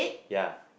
ya